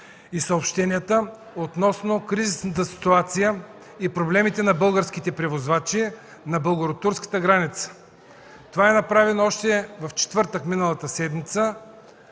и съобщенията относно кризисната ситуация и проблемите на българските превозвачи на българо-турската граница. Това е направено още в четвъртък миналата седмица